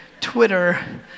Twitter